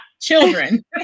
children